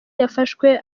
yafashwe